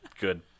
good